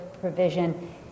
provision